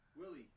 Willie